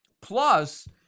Plus